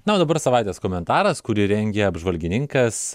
na o dabar savaitės komentaras kurį rengė apžvalgininkas